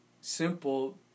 simple